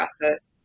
process